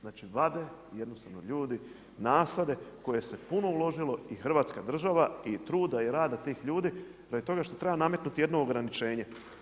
Znači vade jednostavno ljudi nasade u koje se puno uložilo i Hrvatska država i truda i rada tih ljudi radi toga što treba nametnuti jedno ograničenje.